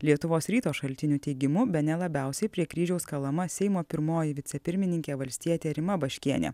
lietuvos ryto šaltinių teigimu bene labiausiai prie kryžiaus kalama seimo pirmoji vicepirmininkė valstietė rima baškienė